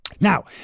now